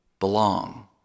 belong